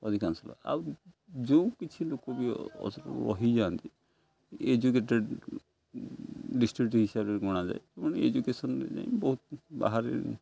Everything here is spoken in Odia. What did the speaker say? ଅଧିକାଂଶ ଆଉ ଯେଉଁ କିଛି ଲୋକ ବି ରହିଯାଆନ୍ତି ଏଜୁକେଟେଡ଼୍ ଡିଷ୍ଟ୍ରିକ୍ଟ ହିସାବରେ ଗଣାଯାଏ ତ ଏଜୁକେସନ୍ରେ ଯାଇ ବହୁତ ବାହାରେ